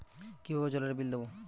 কিভাবে জলের বিল দেবো?